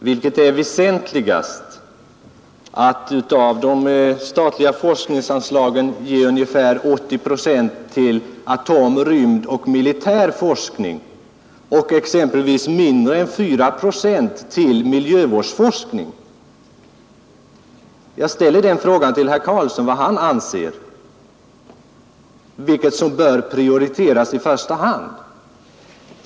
Vilket är då väsentligast, att av de statliga forskningsanslagen ge ungefär 80 procent till atomoch rymdforskning samt militär forskning eller mindre än 4 procent till miljövårdsforskning? Jag ställer denna fråga till herr Karlsson i Huskvarna. Vilket förslag bör prioriteras i första hand?